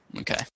Okay